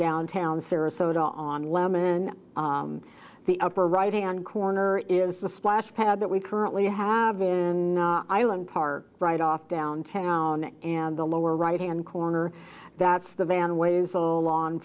downtown sarasota on lemmon the upper right hand corner is the splash pad that we currently have in island park right off downtown and the lower right hand corner that's the van ways al